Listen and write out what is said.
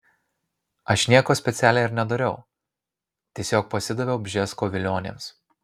aš nieko specialiai ir nedariau tiesiog pasidaviau bžesko vilionėms